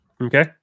Okay